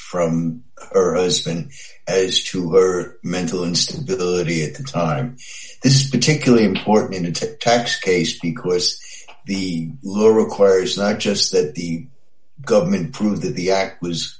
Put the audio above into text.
from earth has been as to her mental instability at the time this particularly important in a tax case because the law requires not just that the government prove that the act was